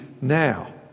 now